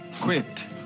Quit